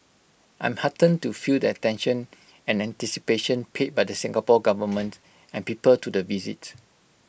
I'm heartened to feel the attention and anticipation paid by the Singapore Government and people to the visit